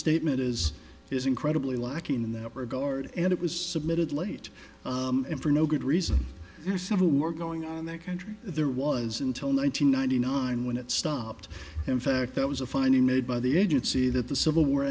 statement is is incredibly lacking in that regard and it was submitted late and for no good reason or civil war going on in that country there was until nine hundred ninety nine when it stopped in fact there was a finding made by the agency that the civil war